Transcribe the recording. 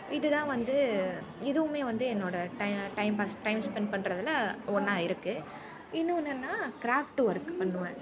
இதுதான் வந்து இதுவுமே வந்து என்னோடய time time pass time spend பண்ணுறதில் ஒன்றா இருக்குது இன்னொன்று என்ன கிராஃப்ட் ஒர்க் பண்ணுவேன்